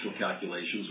calculations